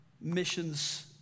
mission's